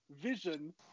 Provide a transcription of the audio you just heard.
vision